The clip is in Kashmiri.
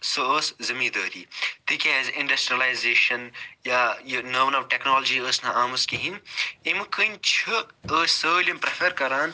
سۄ ٲسۍ زٔمیٖندٲری تِکیٛازِ اِنڈسٹرٛیلایزیشَن یا یہِ نٔووٚ نٔوٚو ٹیٚکنالوجی ٲسۍ نہٕ آمژٕ کِہیٖنۍ ییٚمہِ کٔنۍ چھِ ٲسۍ سٲلِم پرٛیٚفر کران